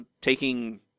taking